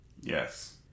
Yes